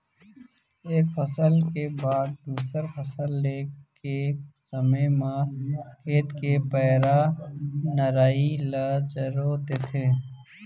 एक फसल के बाद दूसर फसल ले के समे म खेत के पैरा, नराई ल जरो देथे